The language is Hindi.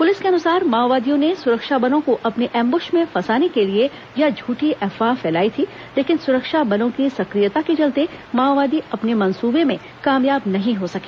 पुलिस के अनुसार माओवादियों ने सुरक्षा बलों को अपने एंबुश में फंसाने के लिए यह झूठी अफवाह फैलायी थी लेकिन सुरक्षा बलों की सक्रियता के चलते माओवादी अपने मंसूबे में कामयाब नहीं हो सके